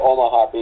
Omaha